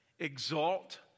exalt